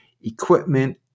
equipment